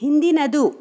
ಹಿಂದಿನದು